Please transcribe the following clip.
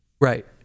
right